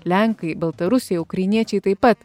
lenkai baltarusiai ukrainiečiai taip pat